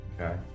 Okay